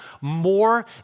more